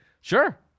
sure